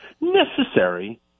necessary